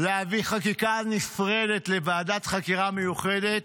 להביא חקיקה נפרדת לוועדת חקירה מיוחדת.